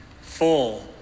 full